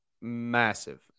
Massive